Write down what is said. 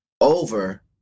over